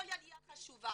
כל עליה חשובה.